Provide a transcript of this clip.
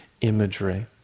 imagery